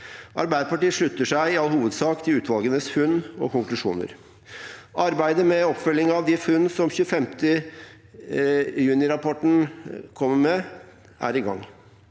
Arbeiderpartiet slutter seg i all hovedsak til utvalgenes funn og konklusjoner. Arbeidet med oppfølging av de funn som 25. junirapporten kommer med, er i gang.